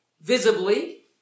visibly